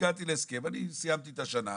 הגעתי להסכם, אני סיימתי את השנה,